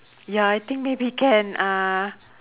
ya I think maybe can uh